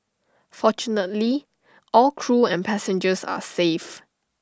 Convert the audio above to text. fortunately all crew and passengers are safe